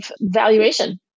valuation